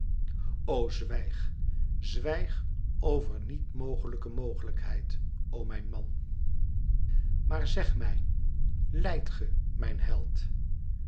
o zwijg zwijg over niet mogelijke mogelijkheid o mijn man maar zeg mij lijdt ge mijn held